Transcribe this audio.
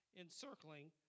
encircling